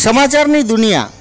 સમાચારની દુનિયા